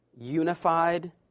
unified